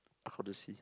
publicy